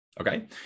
okay